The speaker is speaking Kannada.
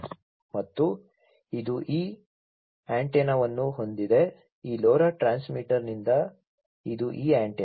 ಮತ್ತು ಇದು ಈ ಆಂಟೆನಾವನ್ನು ಹೊಂದಿದೆ ಈ LoRa ಟ್ರಾನ್ಸ್ಮಿಟರ್ನಿಂದ ಇದು ಈ ಆಂಟೆನಾ